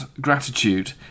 gratitude